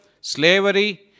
slavery